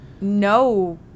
no